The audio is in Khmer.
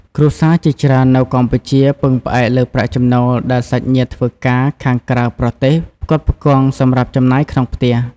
គ្រួសារជាច្រើននៅកម្ពុជា ពឹងផ្អែកលើប្រាក់ចំណូលដែលសាច់ញាតិធ្វើការខាងក្រៅប្រទេសផ្គត់ផ្គង់សម្រាប់ចំណាយក្នុងផ្ទះ។